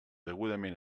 degudament